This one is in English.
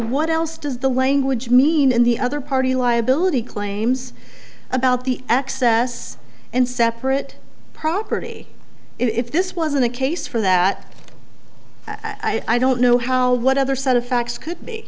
what else does the language mean in the other party liability claims about the access and separate property if this wasn't a case for that i don't know how what other set of facts could be